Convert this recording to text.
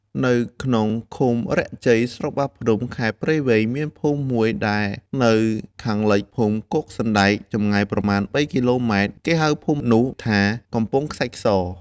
នៅក្នុង ឃុំរាក់ជ័យ ស្រុកបាភ្នំ ខេត្តព្រៃវែង មានភូមិមួយដែលនៅខាងលិចភូមិគោកសណ្តែក ចម្ងាយប្រមាណ ៣ គីឡូម៉ែត្រ គេហៅភូមិនោះថា “កំពង់ខ្សាច់ស”។